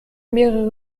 mehrere